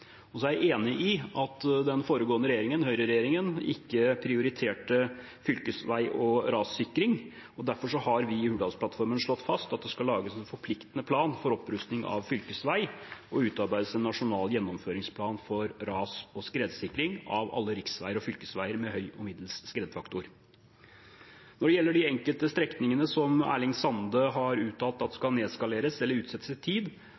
Så er jeg enig i at den foregående regjeringen, høyreregjeringen, ikke prioriterte fylkesvei og rassikring, og derfor har vi i Hurdalsplattformen slått fast at det skal lages en forpliktende plan for opprusting av fylkesvei og utarbeides en nasjonal gjennomføringsplan for ras- og skredsikring av alle riksveier og fylkesveier med høy og middels skredfaktor. Når det gjelder de enkelte strekningene som representanten Erling Sande har uttalt at skal nedskaleres eller utsettes i tid,